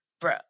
bro